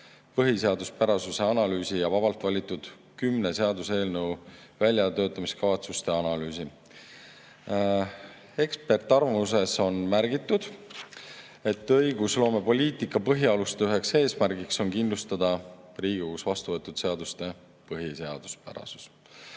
põhiseaduspärasuse analüüsi ja vabalt valitud kümne seaduseelnõu väljatöötamiskavatsuse analüüsi. Eksperdiarvamuses on märgitud, et õigusloomepoliitika põhialuste üheks eesmärgiks on kindlustada Riigikogus vastuvõetud seaduste põhiseaduspärasus,